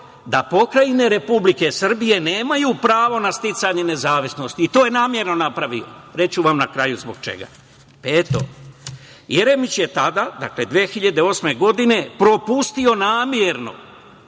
da pokrajine Republike Srbije nemaju pravo na sticanje nezavisnosti. To je namerno napravio. Reći ću vam na kraju zbog čega. Peto, Jeremić je tada, dakle 2008. godine,, propustio namerno